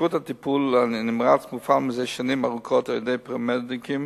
שירות הטיפול הנמרץ מופעל זה שנים ארוכות על-ידי פרמדיקים,